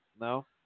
No